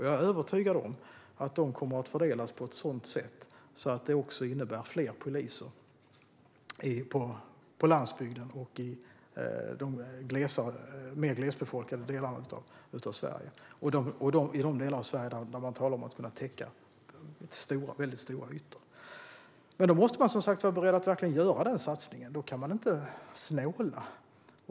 Jag är övertygad om att de kommer att fördelas på ett sådant sätt att det blir fler poliser på landsbygden, i de mer glesbefolkade delarna av Sverige och i de områden där man ska täcka väldigt stora ytor. Men då måste man vara beredd att verkligen göra den satsningen. Då kan man inte snåla.